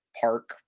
park